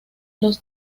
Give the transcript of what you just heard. los